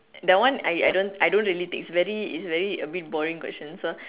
that one I I don't I don't really think it's very it's very a bit boring question so